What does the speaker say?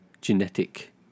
genetic